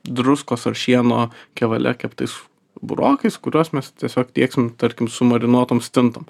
druskos ar šieno kevale keptais burokais kuriuos mes tiesiog tieksim tarkim su marinuotom stintom